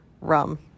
rum